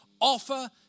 offer